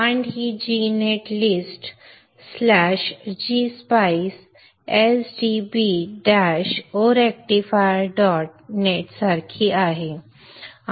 command ही G net list slash g spice s d b dash o rectifier dot net सारखी आहे